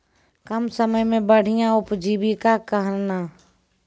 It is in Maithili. कम समय मे बढ़िया उपजीविका कहना?